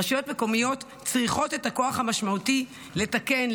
רשויות מקומיות צריכות את הכוח המשמעותי לתקן,